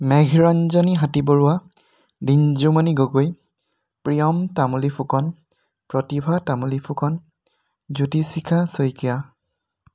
Megharanjani Hatibarua Rinjumoni Gogoi Priyam Tamuli Phukan Pratibha Tamuli Phukan Jyotishikha Saikia